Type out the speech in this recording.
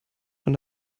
von